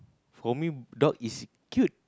for me dog is cute